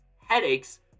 headaches